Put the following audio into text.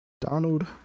Donald